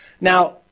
Now